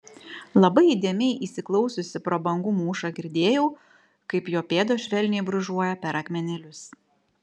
labai įdėmiai įsiklausiusi pro bangų mūšą girdėjau kaip jo pėdos švelniai brūžuoja per akmenėlius